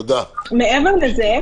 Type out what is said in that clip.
מעבר לזה,